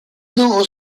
dans